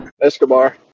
Escobar